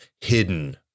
hidden